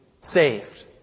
saved